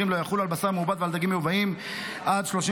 לא יחולו על בשר מעובד ועל דגים מיובאים עד 31